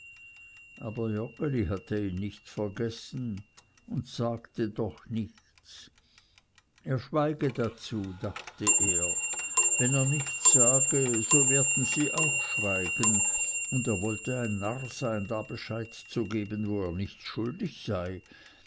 aber joggeli hatte ihn nicht vergessen und sagte doch nichts er schweige dazu dachte er wenn er nichts sage so werden sie auch schweigen und er wollte ein narr sein da bescheid zu geben wo er nichts schuldig sei